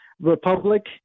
Republic